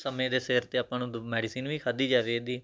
ਸਮੇਂ ਦੇ ਸਿਰ 'ਤੇ ਆਪਾਂ ਨੂੰ ਦ ਮੈਡੀਸਨ ਵੀ ਖਾਧੀ ਜਾਵੇ ਇਹਦੀ